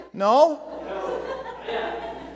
No